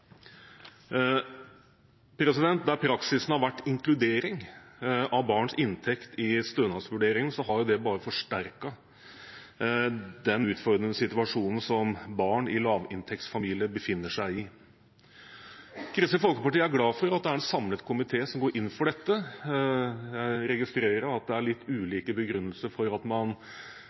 Der praksisen har vært inkludering av barns inntekt i stønadsvurderingen, har det bare forsterket den utfordrende situasjonen som barn i lavinntektsfamilier befinner seg i. Kristelig Folkeparti er glad for at det er en samlet komité som går inn for denne endringen. Jeg registrerer at det er litt ulike begrunnelser for at man